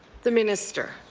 the minister.